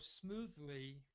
smoothly